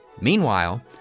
Meanwhile